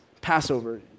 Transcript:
Passover